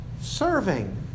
serving